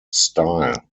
style